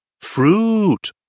Fruit